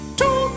two